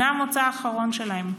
זה המוצא האחרון שלהן.